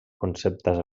conceptes